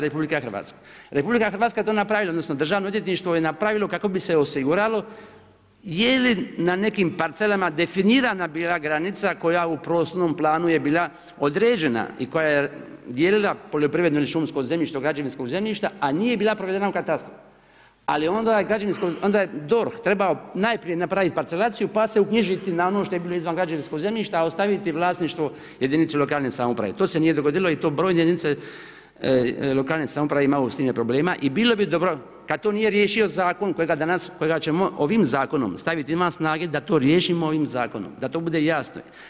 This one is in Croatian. RH to napravi odnosno Državno odvjetništvo je napravilo kako bi se osiguralo je li na nekim parcelama definirana bila granica koja u prostornom planu je bila određena i koja je dijelila poljoprivredna ili šumsko zemljište od građevinskog zemljišta a nije bila provedena u katastru ali je onda DORH trebao najprije napraviti parcelaciju pa se uknjižiti na ono što je bilo izvan građevinskog zemljišta, ostaviti vlasništvo jedinici lokalne samouprave, to se nije dogodilo i to brojne jedinice lokalne samouprave imaju s tim problema i bilo bi dobro kad to nije riješio zakon kojega ćemo ovim zakonom staviti izvan snage da to riješimo ovim zakonom, da to bude jasno.